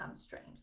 streams